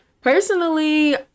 personally